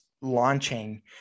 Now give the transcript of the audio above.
launching